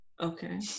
Okay